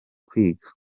kwiga